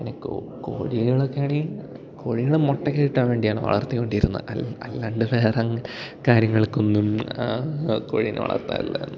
പിന്നെ കോഴികളൊക്കെ ആണെങ്കിൽ കോഴികൾ മുട്ട കിട്ടാൻ വേണ്ടിയാണ് വളർത്തിക്കൊണ്ടിരുന്നത് അല്ലാണ്ട് വേറെ ഇങ്ങനെ കാര്യങ്ങൾക്കൊന്നും കോഴീനെ വളർത്താറില്ലായിരുന്നു